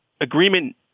agreement